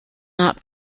not